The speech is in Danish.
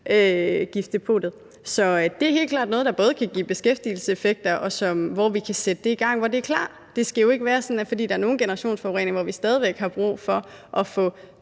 Høfde 42. Så det er helt klart noget, der kan give beskæftigelseseffekter, og som vi kan sætte i gang dér, hvor det er klar til det. Det skal jo ikke være sådan, at fordi der er nogle generationsforureninger, hvor vi stadig væk har brug for at få